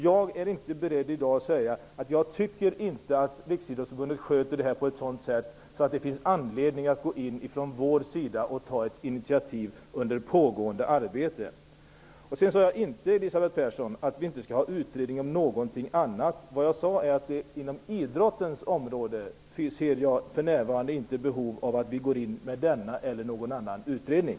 Jag är inte i dag beredd att säga att Riksidrottsförbundet sköter det här på ett sådant sätt att det finns anledning för oss att ta ett initiativ under pågående arbete. Jag sade inte att det inte skall göras utredningar på något område. Vad jag sade var att det på idrottens område för närvarande inte finns något behov av att gå in med den av Elisabeth Persson föreslagna utredningen eller med någon annan utredning.